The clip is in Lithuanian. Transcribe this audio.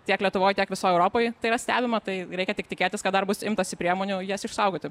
tiek lietuvoj tiek visoj europoj tai yra stebima tai reikia tik tikėtis kad dar bus imtasi priemonių jas išsaugoti